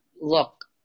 look